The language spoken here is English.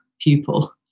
pupil